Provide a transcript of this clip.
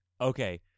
Okay